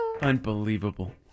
Unbelievable